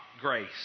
grace